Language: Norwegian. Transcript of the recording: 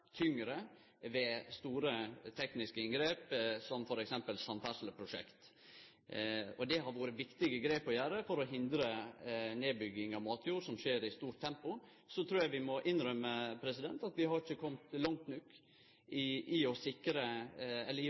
tyngre ved store tekniske inngrep som f.eks. samferdselsprosjekt. Det har vore viktige grep å gjere for å hindre nedbygging av matjord, som skjer i stort tempo. Så trur eg vi må innrømme at vi ikkje har kome langt nok i å